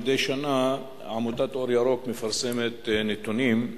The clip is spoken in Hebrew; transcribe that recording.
מדי שנה עמותת "אור ירוק" מפרסמת נתונים,